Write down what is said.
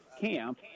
camp